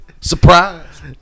Surprise